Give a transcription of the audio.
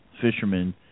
fishermen